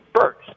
first